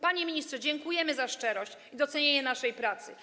Panie ministrze, dziękujemy za szczerość i docenienie naszej pracy.